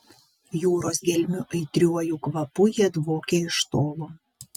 jūros gelmių aitriuoju kvapu jie dvokia iš tolo